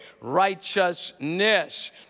righteousness